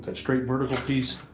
ah straight vertical piece